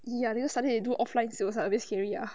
ya then suddenly they do offline sales ah very scary ah